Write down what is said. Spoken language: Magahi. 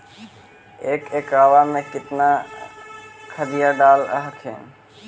एक एकड़बा मे कितना खदिया डाल हखिन?